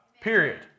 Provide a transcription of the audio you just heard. period